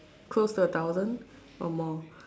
close to a thousand or more